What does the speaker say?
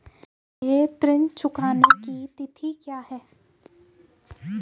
मेरे ऋण चुकाने की तिथि क्या है?